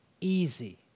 Easy